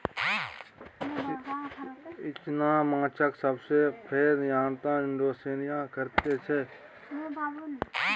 इचना माछक सबसे पैघ निर्यात इंडोनेशिया करैत छै